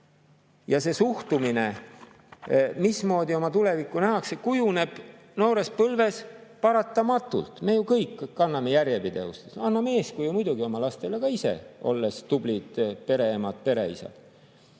See suhtumine, mismoodi oma tulevikku nähakse, kujuneb noores põlves paratamatult. Me ju kõik kanname järjepidevust, anname eeskuju oma lastele ka ise, olles tublid pereemad ja pereisad.